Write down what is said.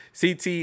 CT